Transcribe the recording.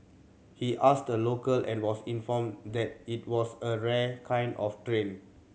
he asked a local and was informed that it was a rare kind of train